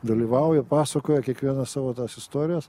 dalyvauja pasakoja kiekvienas savo tas istorijas